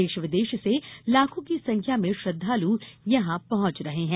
देश विदेश से लाखों की संख्या में श्रद्वाल यहां पहुंच गये हैं